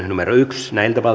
yksi